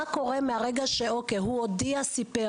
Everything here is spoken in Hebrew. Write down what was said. מה קורה מרגע שהוא הודיע וסיפר.